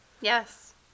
Yes